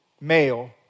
male